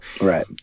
Right